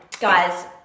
guys